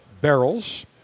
barrels